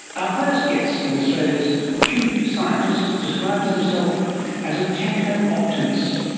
our first guest and australia's chief scientist describes himself as a techno optimist.